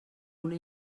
una